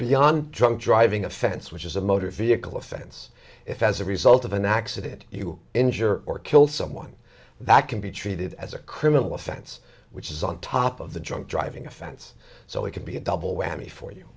beyond drunk driving offense which is a motor vehicle offense if as a result of an accident you injure or kill someone that can be treated as a criminal offense which is on top of the drunk driving offense so it could be a double whammy for you